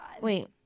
Wait